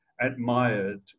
admired